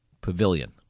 pavilion